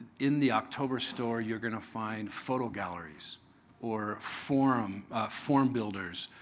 in the october store you're going to find photo galleries or form form builders.